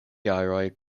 jaroj